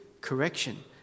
correction